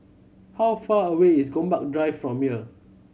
how far away is Gombak Drive from here